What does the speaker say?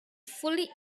fully